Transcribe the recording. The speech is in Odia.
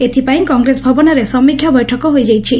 ଏଥିପାଇଁ କଂଗ୍ରେସ ଭବନରେ ସମୀକ୍ଷା ବୈଠକ ହୋଇଯାଇଛି